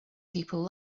people